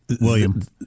William